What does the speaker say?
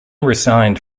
resigned